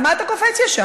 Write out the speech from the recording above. אז מה אתה קופץ ישר?